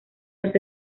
los